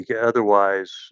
Otherwise